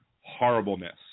horribleness